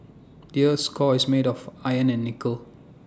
the Earth's core is made of iron and nickel